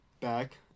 back